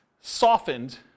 softened